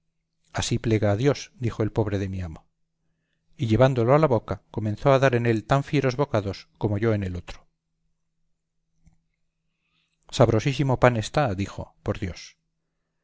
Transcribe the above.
así plega a dios dijo el pobre de mi amo y llevándolo a la boca comenzó a dar en él tan fieros bocados como yo en lo otro sabrosísimo pan está dijo por dios